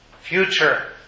future